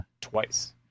Twice